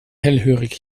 hellhörig